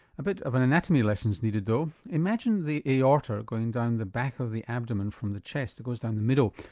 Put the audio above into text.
a bit of an anatomy lesson's needed, though. imagine the aorta going down the back of the abdomen from the chest it goes down the middle.